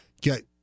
get